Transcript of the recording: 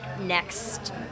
next